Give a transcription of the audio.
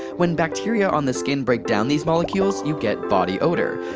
when bacteria on the skin breakdown these molecules, you get body odor.